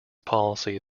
policy